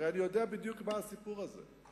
הרי אני יודע בדיוק מה הסיפור הזה.